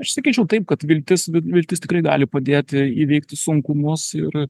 aš sakyčiau taip kad viltis viltis tikrai gali padėti įveikti sunkumus ir